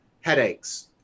headaches